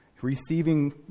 receiving